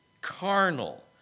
carnal